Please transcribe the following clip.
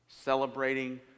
Celebrating